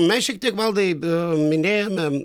mes šiek tiek valdai a minėjome